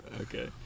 okay